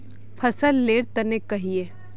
फसल लेर तने कहिए?